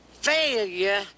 failure